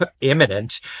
imminent